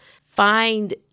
find